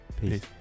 Peace